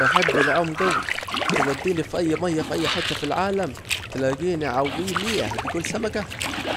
بحب العوم جوي، توديني في اي مياه في اي حتى في العالم، تلاجيني عويم ايه تجول سمكة